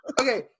Okay